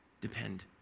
depend